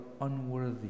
unworthy